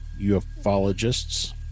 ufologists